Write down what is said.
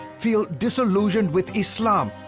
feel disillusioned with islam,